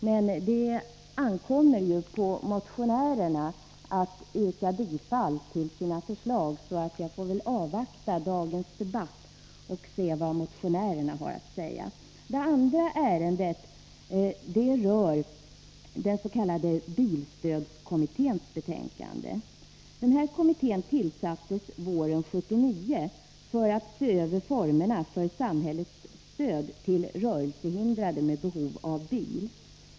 Men det ankommer ju på motionärerna att yrka bifall till sina förslag, så jag får väl avvakta och se vad motionärerna har att säga. Det andra ärendet i betänkandet rör den s.k. bilstödskommitténs betänkande. Kommittén tillsattes våren 1979 för att se över formerna för samhällets stöd till rörelsehindrade med behov av bil.